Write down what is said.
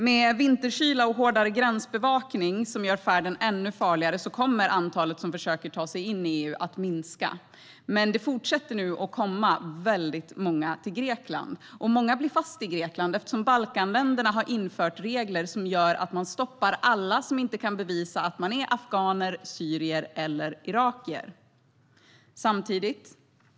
Med vinterkyla och hårdare gränsbevakning som gör färden ännu farligare kommer antalet som försöker ta sig in i EU att minska. Men det fortsätter nu att komma väldigt många till Grekland. Många blir fast i Grekland eftersom Balkanländerna har infört regler som gör att de stoppar alla som inte kan bevisa att de är afghaner, syrier eller irakier.